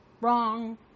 Wrong